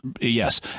yes